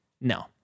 No